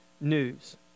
news